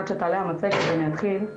השע"ם למייצגים,